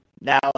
Now